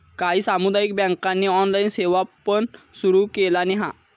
काही सामुदायिक बँकांनी ऑनलाइन सेवा पण सुरू केलानी हा